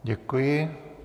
Děkuji.